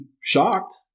shocked